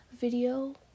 video